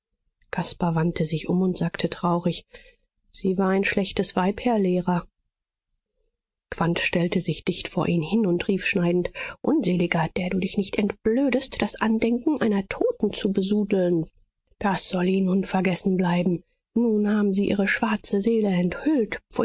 caspar wandte sich um und sagte traurig sie war ein schlechtes weib herr lehrer quandt stellte sich dicht vor ihn hin und rief schneidend unseliger der du dich nicht entblödest das andenken einer toten zu besudeln das soll ihnen unvergessen bleiben nun haben sie ihre schwarze seele enthüllt